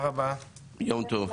הרביזיה הזו נדחתה.